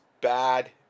bad